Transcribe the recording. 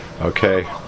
Okay